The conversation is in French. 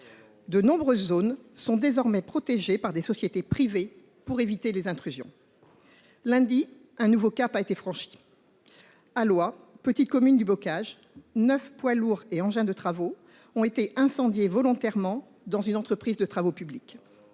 De nombreuses zones sont désormais protégées par des sociétés privées pour éviter les intrusions. Lundi, un nouveau cap a été franchi. À l’Oie, petite commune du bocage, neuf poids lourds et engins de travaux d’une entreprise de travaux publics